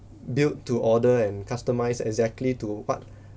built to order and customised exactly to what